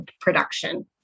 production